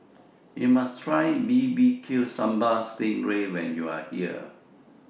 YOU must Try Bbq Sambal Sting Ray when YOU Are here